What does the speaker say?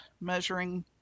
measuring